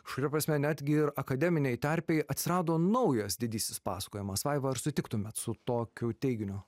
kažkuria prasme netgi ir akademinėj terpėj atsirado naujas didysis pasakojimas vaiva ar sutiktumėt su tokiu teiginiu